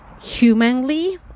humanly